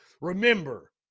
remember